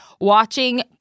watching